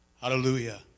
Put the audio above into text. Hallelujah